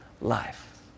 life